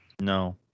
no